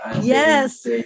yes